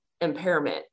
impairment